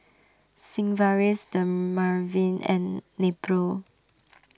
Sigvaris Dermaveen and Nepro